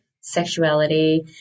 sexuality